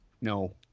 No